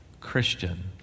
Christian